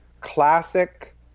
classic